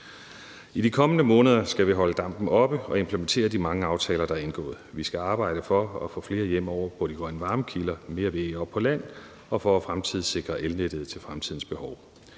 I de kommende måneder skal vi holde dampen oppe og implementere de mange aftaler, der er indgået. Vi skal arbejde for at få flere boliger over på de grønne varmekilder, for at få mere VE på land og for at fremtidssikre elnettet til fremtidens behov,